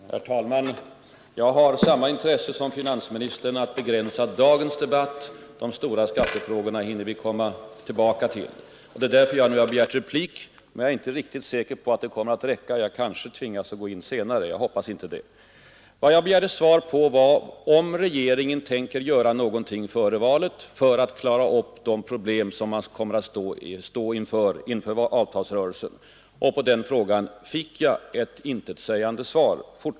Herr talman! Jag har samma intresse som finansministern av att begränsa dagens debatt. De stora skattefrågorna hinner vi komma tillbaka till. Det är därför jag nu begärt replik. Men jag är inte säker på att tiden kommer att räcka. Jag kanske kommer att tvingas att gå in också senare i debatten. Men jag hoppas inte det. Vad jag begärde svar på var frågan om regeringen tänker göra någonting före valet för att klara upp de problem som man kommer att stå inför i avtalsrörelsen. På den frågan fick jag återigen ett intetsägande svar.